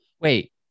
Wait